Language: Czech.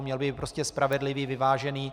Měl by být prostě spravedlivý, vyvážený.